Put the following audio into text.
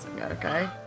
Okay